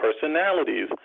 personalities